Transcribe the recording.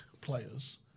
players